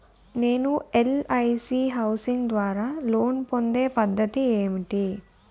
నేను LIC housing ద్వారా loan పొందే పద్ధతి ఏంటి?